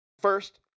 First